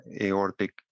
aortic